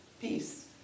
Peace